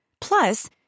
Plus